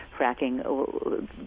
fracking